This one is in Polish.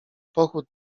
pochód